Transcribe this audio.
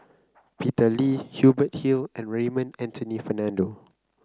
Peter Lee Hubert Hill and Raymond Anthony Fernando